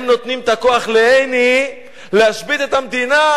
הם נותנים את הכוח לעיני להשבית את המדינה